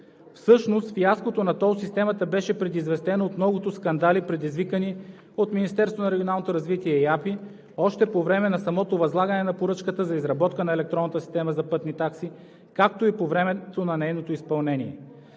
Всъщност фиаското на тол системата беше предизвестено от многото скандали, предизвикани от Министерството на регионалното развитие и благоустройството и от АПИ, още по време на самото възлагане на поръчката за изработка на електронната система за пътни такси, както и по времето на нейното изпълнение.